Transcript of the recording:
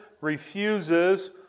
refuses